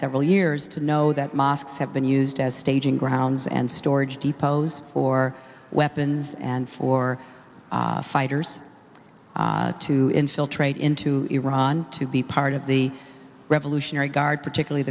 several years to know that mosques have been used as staging grounds and storage depots for weapons and for fighters to infiltrate into iran to be part of the revolutionary guard particularly